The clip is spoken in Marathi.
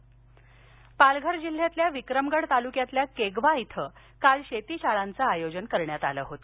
पालघर पालघर जिल्ह्यातल्या विक्रमगड तालुक्यामधल्या केगवा इथं काल शेती शाळांचं आयोजन करण्यात आलं होत